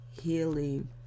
healing